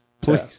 Please